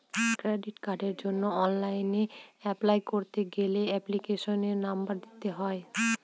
credit কার্ডের জন্য online apply করতে গেলে এপ্লিকেশনের নম্বর দিতে হয়